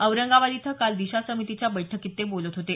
औरंगाबाद इथं काल दिशा समितीच्या बैठकीत ते काल बोलत होते